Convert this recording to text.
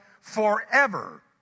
forever